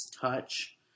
touch